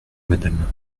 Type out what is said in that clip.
madame